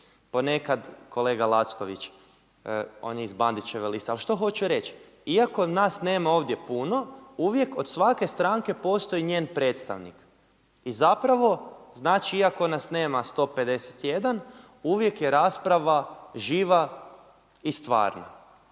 ponekad kolega Lacković, on je iz Bandićeve liste. Ali što hoću reći, iako nas nema ovdje puno uvijek od svake stranke postoji njen predstavnik i zapravo znači iako nas nema 151 uvijek je rasprava živa i stvarna.